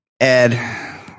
Ed